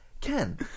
Ken